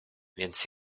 więc